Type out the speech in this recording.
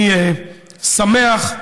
אני שמח,